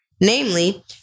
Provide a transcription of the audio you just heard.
namely